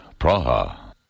Praha